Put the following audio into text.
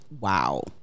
Wow